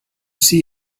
see